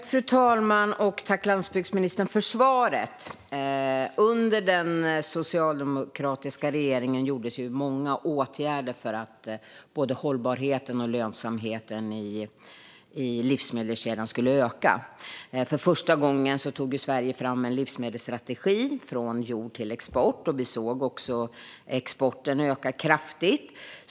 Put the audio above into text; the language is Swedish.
Fru talman! Jag tackar landsbygdsministern för svaret. Under den socialdemokratiska regeringen vidtogs många åtgärder för att hållbarheten och lönsamheten i livsmedelskedjan skulle öka. För första gången tog Sverige fram en livsmedelsstrategi från jord till export. Vi såg också exporten öka kraftigt.